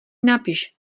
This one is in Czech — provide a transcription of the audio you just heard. napiš